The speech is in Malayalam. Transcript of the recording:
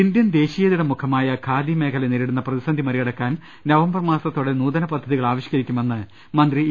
ഇന്ത്യൻ ദേശീയതയുടെ മുഖമായ ഖാദി മേഖല നേരിടുന്ന പ്രതി സന്ധി മറികടക്കാൻ നവംബർ മാസത്തോടെ നൂതന പദ്ധതികൾ ആവി ഷ്ക്കരിക്കുമെന്ന് മന്ത്രി ഇ